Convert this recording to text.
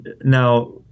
Now